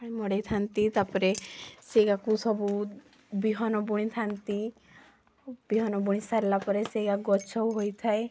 ପାଣି ମଡ଼େଇ ଥାନ୍ତି ତାପରେ ସେଇଆକୁ ସବୁ ବିହନ ବୁଣି ଥାନ୍ତି ବିହନ ବୁଣି ସାରିଲା ପରେ ସେଇଆ ଗଛ ହୋଇଥାଏ